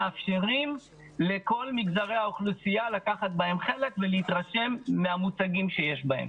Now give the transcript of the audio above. מאפשרים לכל מגזרי האוכלוסייה לקחת בהם חלק ולהתרשם מהמוצגים שיש בהם.